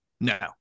No